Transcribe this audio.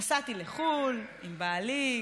נסעתי לחו"ל עם בעלי,